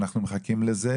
אנחנו מחכים לזה,